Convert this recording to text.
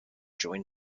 join